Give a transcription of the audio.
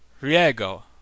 Riego